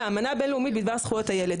האמנה הבינלאומית בדבר זכויות הילד,